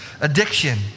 addiction